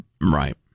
Right